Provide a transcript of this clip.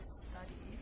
study